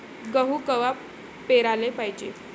गहू कवा पेराले पायजे?